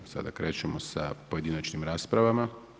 Sada krećemo sa pojedinačnim raspravama.